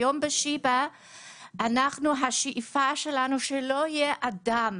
היום השאיפה שלנו בשיבא היא שלא יהיה אדם